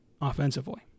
offensively